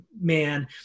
man